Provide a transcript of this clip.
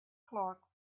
clark